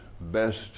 best